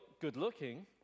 good-looking